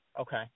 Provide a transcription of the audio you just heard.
Okay